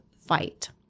fight